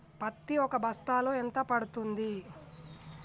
పత్తి ఒక బస్తాలో ఎంత పడ్తుంది?